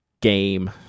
game